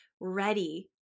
ready